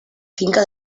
finca